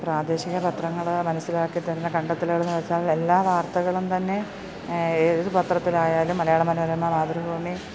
പ്രാദേശിക പത്രങ്ങള് മനസിലാക്കിത്തന്നെ കണ്ടെത്തലുകളെന്നുവച്ചാൽ എല്ലാ വാർത്തകളും തന്നെ ഏത് പത്രത്തിലായാലും മലയാള മനോരമ മാതൃഭൂമി